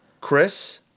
Chris